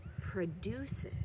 produces